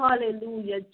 Hallelujah